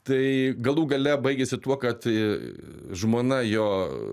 tai galų gale baigėsi tuo kad žmona jo